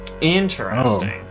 Interesting